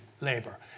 labour